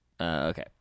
Okay